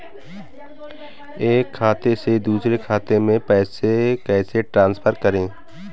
एक खाते से दूसरे खाते में पैसे कैसे ट्रांसफर करें?